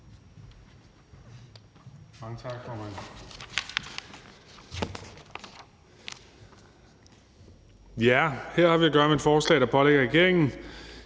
Mange tak, formand. Her har vi at gøre med et forslag, der pålægger regeringen